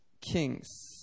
Kings